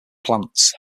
plants